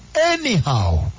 anyhow